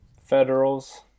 Federals